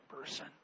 person